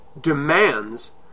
demands